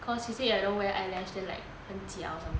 cause she say I don't wear eyelash then like 很假 or something